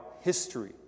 history